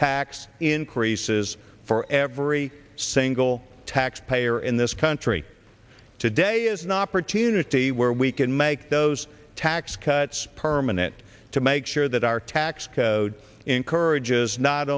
tax increases for every single taxpayer in this country today is not for to unity where we can make those tax cuts permanent to make sure that our tax code encourages not